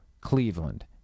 Cleveland